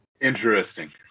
Interesting